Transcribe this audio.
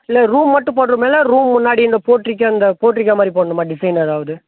இல்லை ரூம் மட்டும் போடுகிற மாரிங்களா ரூம் முன்னாடி இந்த போர்ட்ரிக் அந்த போர்ட்ரிக்கோ மாதிரி போடணுமா டிசைன் எதாவது